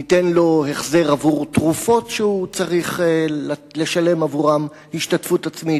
ניתן לו החזר עבור תרופות שהוא צריך לשלם עבורן השתתפות עצמית,